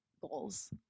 goals